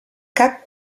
cap